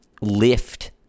lift